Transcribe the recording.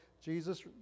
Jesus